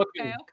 okay